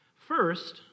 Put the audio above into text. First